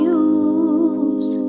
use